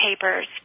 papers